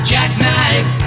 Jackknife